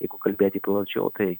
jeigu kalbėti plačiau tai